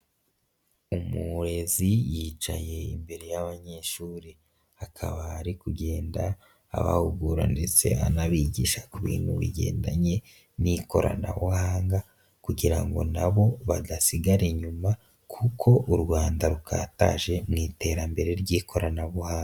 Umurezi yicaye imbere y'abanyeshuri, akaba ari kugenda abahugura ndetse anabigisha ku bintu bigendanye n'ikoranabuhanga kugira ngo nabo badasigara inyuma kuko u Rwanda rukataje mu iterambere ry'ikoranabuhanga.